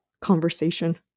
conversation